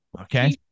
okay